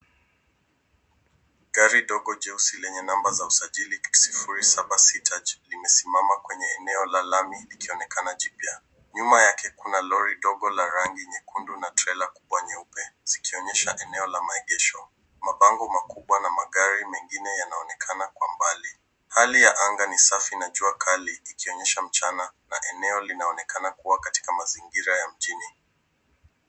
Gari ndogo jeusi lenye namba za usajili 067 imesimama kwenye eneo la lami ikionekana jipya. Nyuma yake kuna lori dogo la rangi nyekundu na trela kubwa nyeupe, zikionyesha eneo la maegesho. Mabango makubwa na magari mengine yanaonekana kwa mbali. Hali ya anga ni safi na jua kali ikionyesha mchana na eneo linaonekana kuwa katika mazingira ya mjini.